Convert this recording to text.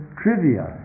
trivia